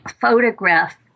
photograph